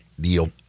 deal